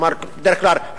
כלומר בדרך כלל,